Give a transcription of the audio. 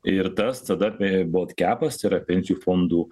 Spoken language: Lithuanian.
ir tas tada bolt kepas yra pensijų fondų